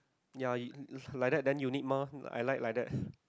ya it like that then you need mah I like like that